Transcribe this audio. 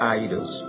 idols